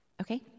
Okay